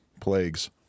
plagues